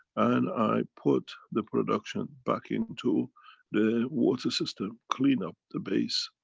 and i put the production back into the water system. clean-up the base.